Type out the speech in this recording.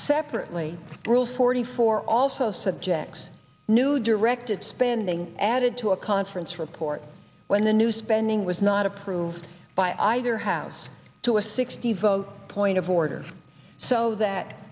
separately rule forty four also subjects new directed spending added to a conference report when the new spending was not approved by either house to a sixty vote point of order so that